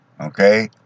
Okay